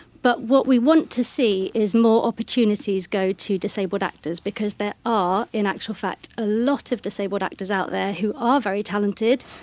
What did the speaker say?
but what we want to see is more opportunities go to disabled actors because there are, in actual fact, a lot of disabled actors out there who are very talented,